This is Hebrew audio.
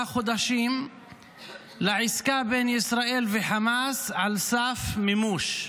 חודשים לעסקה בין ישראל וחמאס על סף מימוש.